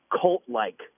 cult-like